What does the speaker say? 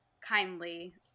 kindly